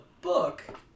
book